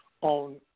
on